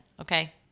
okay